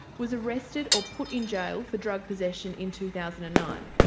was arrested or put in jail for drug possession in two thousand and nine.